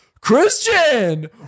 Christian